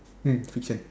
um fiction